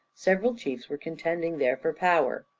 several chiefs were contending there for power.